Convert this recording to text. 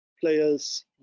players